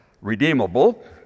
Redeemable